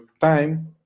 time